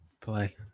Play